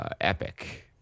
epic